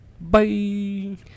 Bye